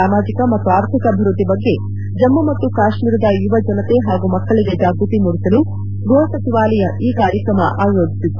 ಸಾಮಾಜಿಕ ಮತ್ತು ಆರ್ಥಿಕ ಅಭಿವೃದ್ಧಿ ಬಗ್ಗೆ ಜಮ್ಮ ಮತ್ತು ಕಾಶ್ಮೀರದ ಯುವಜನರು ಹಾಗೂ ಮಕ್ಕಳಗೆ ಜಾಗೃತಿ ಮೂಡಿಸಲು ಗೃಹಸಚಿವಾಲಯ ಈ ಕಾರ್ಕ್ರಮ ಆಯೋಜಿಸಿತ್ತು